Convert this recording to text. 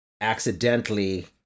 accidentally